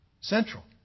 Central